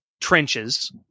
trenches